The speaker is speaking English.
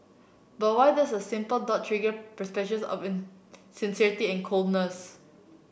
but why does a simple dot trigger perceptions of insincerity and coldness